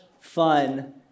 fun